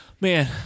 man